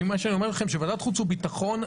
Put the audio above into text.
ועדת חוץ וביטחון,